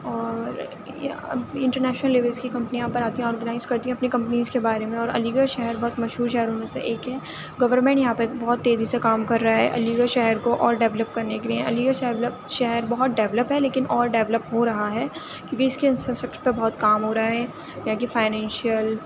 اور یہاں international levels کی کمپنیاں یہاں پر آتی ہیں آرگنائز کرتی ہیں اپنی کمپنیز کے بارے میں علی گڑھ شہر بہت مشہور شہروں میں سے ایک ہے گورمینٹ یہاں پر بہت تیزی سے کام کر رہا ہے علی گڑھ شہر کو اور ڈیویلپ کرنے کے لیے علی گڑھ شہر بہت ڈیویلپ ہے لیکن اور ڈیویلپ ہو رہا ہے کیوں کہ اس کے انفراسٹیکچر پہ بہت کام ہو رہا ہے یہاں کی فائنینشیل